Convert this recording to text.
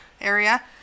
area